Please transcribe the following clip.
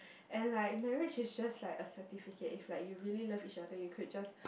and like marriage is just like a certificate is like if you really love each other you could just